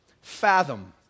fathom